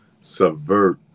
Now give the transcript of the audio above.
subvert